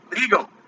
legal